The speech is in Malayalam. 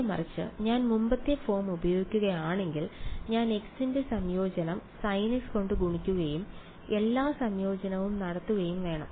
നേരെമറിച്ച് ഞാൻ മുമ്പത്തെ ഫോം ഉപയോഗിക്കുകയാണെങ്കിൽ ഞാൻ x ന്റെ സംയോജനം sin x കൊണ്ട് ഗുണിക്കുകയും എല്ലാ സംയോജനവും നടത്തുകയും വേണം